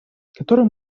которые